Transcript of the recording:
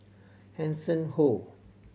Hanson Ho